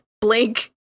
blink